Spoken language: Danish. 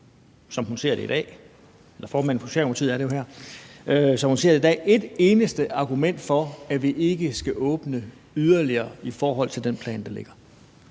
som hun ser det i dag, se et eneste argument for, at vi ikke skal åbne yderligere i forhold til den plan, der ligger?